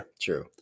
True